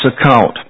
account